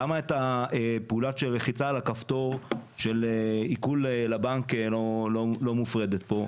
למה פעולת הלחיצה על הכפתור של עיקול לבנק לא מופרדת פה?